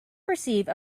perceive